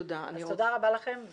תודה רבה לכם.